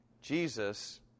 ...Jesus